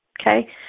okay